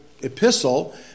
epistle